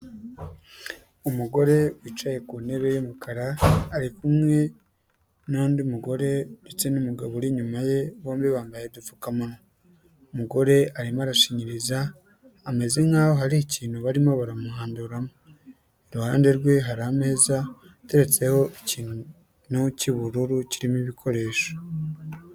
Umugore wicaye ku ntebe y'umukara ari kumwe nundi mugore ndetse n'umugabo uri inyuma ye bombi bambaye udupfukamunwa umugore arimo arashinyiriza ameze nkaho hari ikintu barimo baramuhanduramo iruhande rwe hari ameza ateretseho ikintu cy'ubururu kirimo ibikoresho.